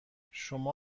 شما